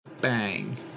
Bang